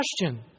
question